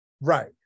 Right